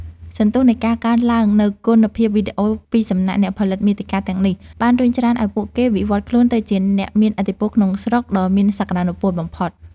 សន្ទុះនៃការកើនឡើងនូវគុណភាពវីដេអូពីសំណាក់អ្នកផលិតមាតិកាទាំងនេះ បានរុញច្រានឱ្យពួកគេវិវឌ្ឍខ្លួនទៅជាអ្នកមានឥទ្ធិពលក្នុងស្រុកដ៏មានសក្តានុពលបំផុត។